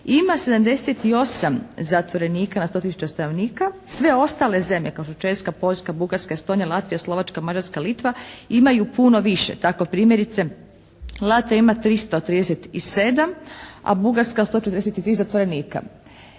ima 78 zatvorenika na 100 tisuća stanovnika. Sve ostale zemlje kao što su Češka, Poljska, Bugarska, Estonija, Latvija, Slovačka, Mađarska, Litva imaju puno više. Tako primjerice Latvija ima 337, a Bugarska 143 zatvorenika.